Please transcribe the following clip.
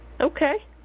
Okay